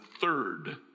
third